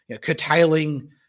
Curtailing